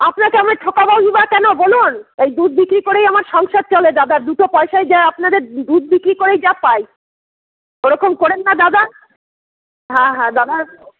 আপনাকে আমরা ঠকাবোই বা কেন বলুন এই দুধ বিক্রি করেই আমার সংসার চলে দাদা দুটো পয়সায় যা আপনাদের দুধ বিক্রি করেই যা পাই ওরকম করেন না দাদা হ্যাঁ হ্যাঁ দাদা